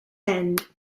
end